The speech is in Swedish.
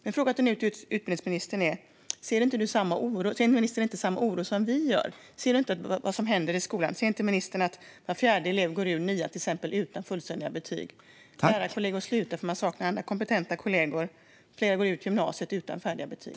Min fråga till utbildningsministern är om hon inte ser med samma oro som vi på det som händer i skolan. Ser inte ministern att var fjärde elev går ut nian utan fullständiga betyg? Lärare slutar för att de saknar kompetenta kollegor, och fler går ut gymnasiet utan fullständiga betyg.